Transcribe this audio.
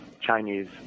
Chinese